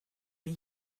wie